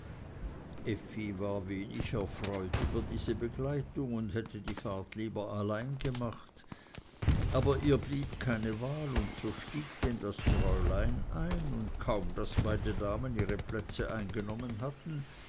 war wenig erfreut über diese begleitung und hätte die fahrt lieber allein gemacht aber ihr blieb keine wahl und so stieg denn das fräulein ein und kaum daß beide damen ihre plätze genommen hatten